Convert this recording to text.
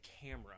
camera